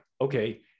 okay